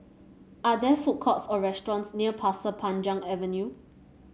are there food courts or restaurants near Pasir Panjang Avenue